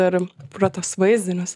ir pro tuos vaizdinius